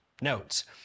notes